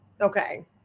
okay